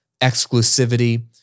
exclusivity